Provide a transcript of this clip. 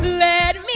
let